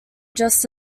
just